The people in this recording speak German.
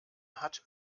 hat